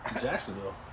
Jacksonville